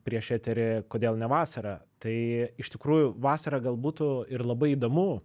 prieš eterį kodėl ne vasarą tai iš tikrųjų vasarą gal būtų ir labai įdomu